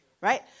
Right